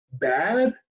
bad